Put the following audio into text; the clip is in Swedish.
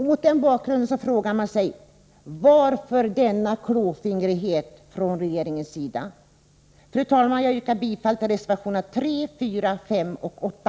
Mot den bakgrunden kan man ställa frågan: Varför denna klåfingrighet från regeringens sida? Fru talman! Jag yrkar bifall till reservationerna 3, 4, 5 och 8.